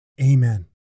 Amen